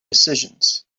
decisions